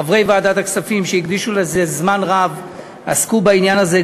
חברי ועדת הכספים שזמן רב עסקו בעניין הזה,